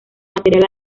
material